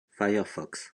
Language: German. firefox